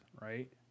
right